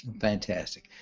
Fantastic